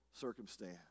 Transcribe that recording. circumstance